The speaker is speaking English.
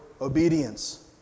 obedience